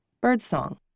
birdsong